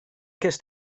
cest